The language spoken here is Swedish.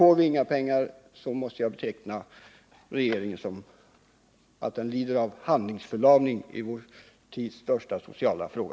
Får den inte mer pengar måste jag säga att regeringen lider av handlingsförlamning när det gäller vår tids största sociala fråga.